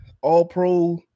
all-pro